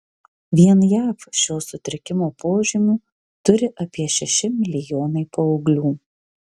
vien jav šio sutrikimo požymių turi apie šeši milijonai paauglių